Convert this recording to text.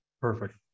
Perfect